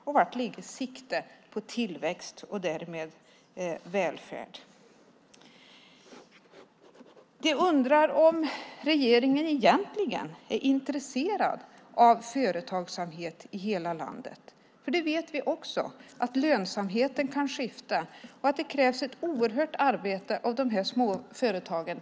Och var ligger siktet på tillväxt och därmed välfärd? Företagarna undrar om regeringen är intresserad av företagsamhet i hela landet. Vi vet att lönsamheten kan skifta och att det krävs ett oerhört hårt arbete av de små företagen.